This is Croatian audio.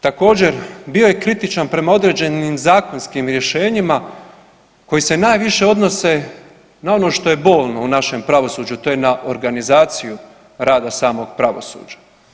Također bio je kritičan prema određenim zakonskim rješenjima koji se najviše odnose na ono što je bolno u našem pravosuđu, to je na organizaciju rada samog pravosuđa.